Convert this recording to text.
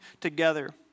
together